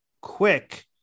quick